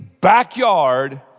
backyard